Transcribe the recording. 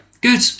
Good